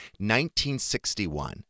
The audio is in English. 1961